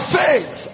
faith